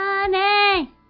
Money